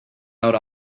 out